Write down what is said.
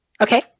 Okay